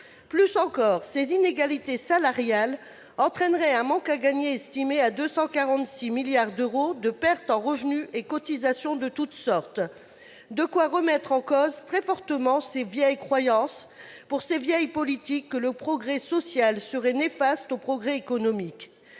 grave encore, ces inégalités salariales entraîneraient un manque à gagner estimé à 246 milliards d'euros de pertes en revenus et cotisations de toutes sortes. De quoi remettre en cause très fortement les vieilles croyances, inspirant les vieilles politiques selon lesquelles le progrès social serait néfaste au progrès économique.